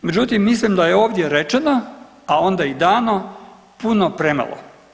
Međutim, mislim da je ovdje rečena, a onda i dano puno premalo.